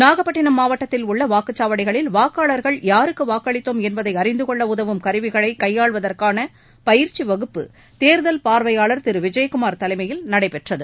நாகப்பட்டினம் மாவட்டத்தில் உள்ள வாக்குச்சாவடிகளில் வாக்காளர்கள் யாருக்கு வாக்களித்தோம் என்பதை அறிந்து கொள்ள உதவும் கருவிகளை கையாள்வதற்கான பயிற்சி வகுப்பு தேர்தல் பார்வையாளர் திரு விஜயகுமார் தலைமையில் நடைபெற்றது